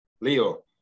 Leo